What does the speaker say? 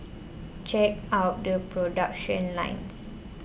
check out the production lines